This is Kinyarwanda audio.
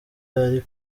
ari